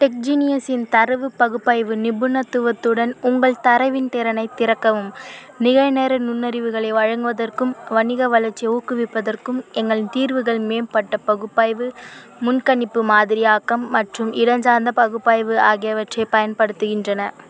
டெக்ஜெனியஸின் தரவு பகுப்பாய்வு நிபுணத்துவத்துடன் உங்கள் தரவின் திறனைத் திறக்கவும் நிகழ்நேர நுண்ணறிவுகளை வழங்குவதற்கும் வணிக வளர்ச்சியை ஊக்குவிப்பதற்கும் எங்களின் தீர்வுகள் மேம்பட்ட பகுப்பாய்வு முன்கணிப்பு மாதிரியாக்கம் மற்றும் இடஞ்சார்ந்த பகுப்பாய்வு ஆகியவற்றைப் பயன்படுத்துகின்றன